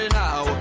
now